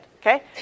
okay